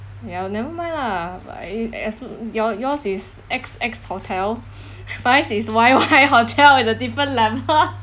ya never mind lah as your yours is X X hotel mine is Y Y hotel at a different level